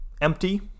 empty